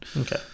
Okay